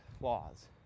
laws